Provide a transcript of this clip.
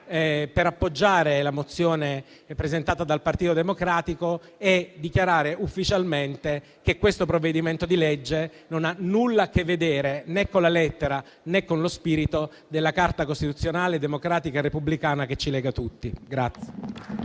pregiudiziale presentata dal Partito Democratico e a dichiarare ufficialmente che questo provvedimento di legge non ha nulla a che vedere né con la lettera né con lo spirito della Carta costituzionale democratica e repubblicana che ci lega tutti.